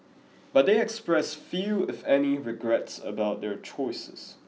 but they expressed few if any regrets about their choices